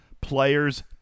players